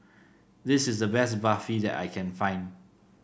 this is the best Barfi that I can find